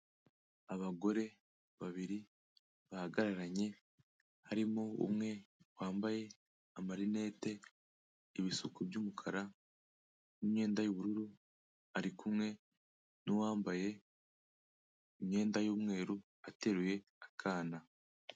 Abagore babiri bahagararanye, harimo umwe wambaye amarinete, ibisuko by'umukara, n'imyenda y'ubururu, arikumwe n'uwambaye imyenda y'umweru, ateruye akana.